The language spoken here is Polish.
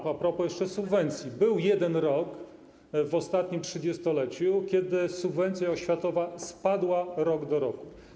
propos jeszcze subwencji, był jeden rok w ostatnim trzydziestoleciu, kiedy subwencja oświatowa spadła rok do roku.